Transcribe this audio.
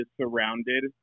surrounded